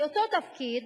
לאותו תפקיד,